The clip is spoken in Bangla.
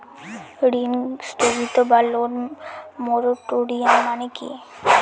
ঋণ স্থগিত বা লোন মোরাটোরিয়াম মানে কি?